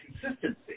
consistency